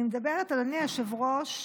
אני מדברת, אדוני היושב-ראש,